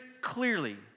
clearly